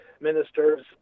ministers